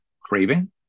craving